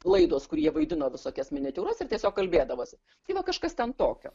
laidos kur jie vaidino visokias miniatiūras ir tiesiog kalbėdavosi tai va kažkas ten tokio